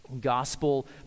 gospel